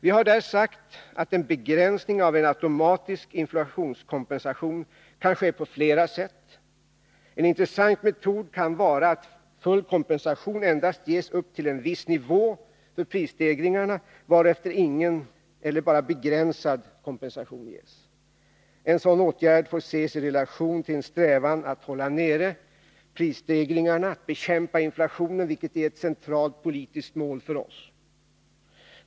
Vi har där sagt att en begränsning av en automatisk inflationskompensation kan ske på flera sätt. En intressant metod kan vara att ge full kompensation endast upp till en viss nivå för prisstegringarna, varefter ingen eller bara begränsad kompensation ges. En sådan åtgärd får ses i relation till en strävan att hålla nere prisstegringarna och bekämpa inflationen, vilket är ett centralt politiskt mål för oss.